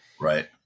Right